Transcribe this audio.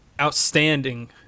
outstanding